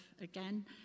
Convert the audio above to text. again